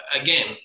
again